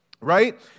right